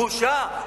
בושה,